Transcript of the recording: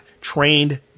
trained